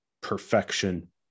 perfection